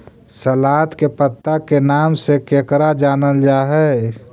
सलाद के पत्ता के नाम से केकरा जानल जा हइ?